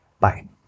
Bye